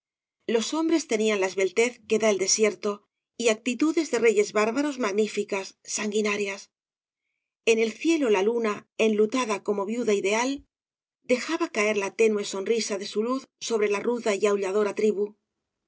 los hombres tenían la esbeltez que da el desierto y actitudes de reyes bárbaros magníficas sanguinarias en el cielo la luna enlutada como viuda ideal dejaba sos obras de valle inclan caer la tenue sonrisa de su luz sobre la ruda y aulladora tribu